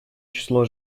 число